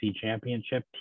championship